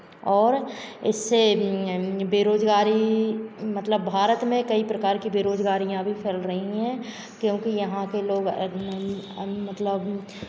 और इससे बेरोजगारी मतलब भारत में कई प्रकार की बेरोजगारियां भी फैल रही हैं क्योंकि यहाँ के लोग मतलब